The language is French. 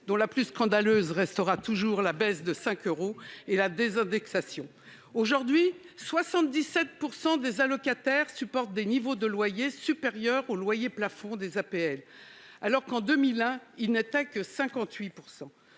dont la plus scandaleuse restera toujours la baisse de 5 euros et la désindexation. Aujourd'hui, 77 % des allocataires supportent des niveaux de loyers supérieurs au loyer plafond des APL, alors qu'en 2001 ils n'étaient que 58